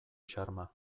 xarma